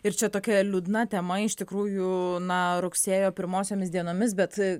ir čia tokia liūdna tema iš tikrųjų na rugsėjo pirmosiomis dienomis bet